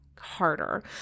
harder